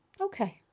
okay